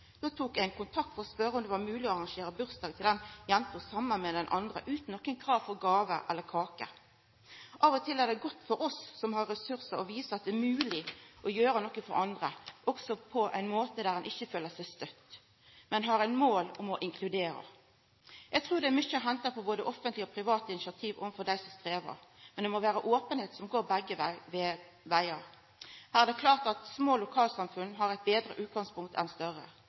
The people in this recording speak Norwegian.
Då tok ein kontakt for å spørja om det var mogleg å arrangera bursdagen til den jenta saman med den andre, utan noko krav om gåver eller kaker. Av og til er det godt for oss som har ressursar, å visa at det er mogleg å gjera noko for andre, òg på ein måte som gjer at ein ikkje føler seg støtt, men har eit mål om å inkludera. Eg trur det er mykje å henta frå både offentleg og privat initiativ når det gjeld dei som strevar, men det må vera openheit som går begge vegar. Det er klart at små lokalsamfunn har eit betre utgangspunkt enn større.